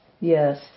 Yes